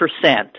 percent